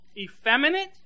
effeminate